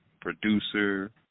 producer